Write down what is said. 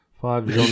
five